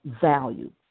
value